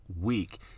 week